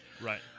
Right